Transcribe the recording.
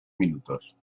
minutos